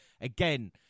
again